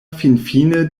finfine